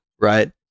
right